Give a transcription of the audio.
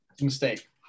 Mistake